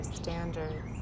standards